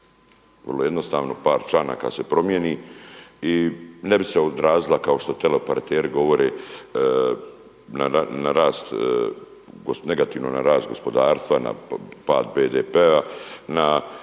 vrlo jednostavno par članaka se promijeni i ne bi se odrazila kao što teleoperateri govore na rast, negativno na rast gospodarstva, na pad BDP-a, na